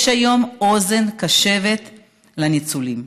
יש היום אוזן קשבת לניצולים.